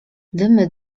dymy